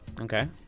Okay